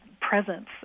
presence